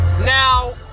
Now